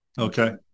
okay